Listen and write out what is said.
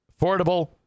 Affordable